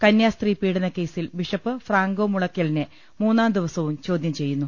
കന്യാസ്ത്രീ പീഡനക്കേസിൽ bishop Franco മുള യ്ക്കലിനെ മൂന്നാം ദിവസവും ചോദ്യം ചെയ്യുന്നു